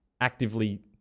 actively